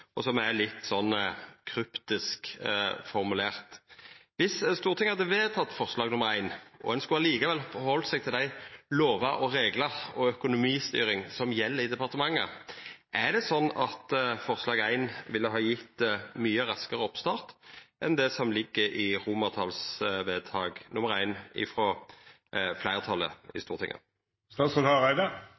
og som er litt kryptisk formulert. Dersom Stortinget hadde vedteke forslag nr. 1 og ein likevel skulle ha halde seg til dei lovane og reglane og den økonomistyringa som gjeld i departementet: Er det slik at forslag nr. 1 ville ha gjeve mykje raskare oppstart enn det som ligg i vedtak I frå fleirtalet i